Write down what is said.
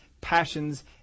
passions